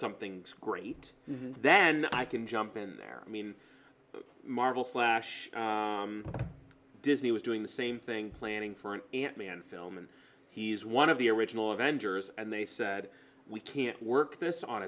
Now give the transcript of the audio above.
something great and then i can jump in there i mean marvel flash disney was doing the same thing planning for an ant man film and he's one of the original avengers and they said we can't work this on